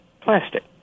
plastic